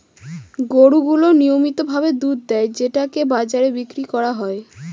গরু গুলো নিয়মিত ভাবে দুধ দেয় যেটাকে বাজারে বিক্রি করা হয়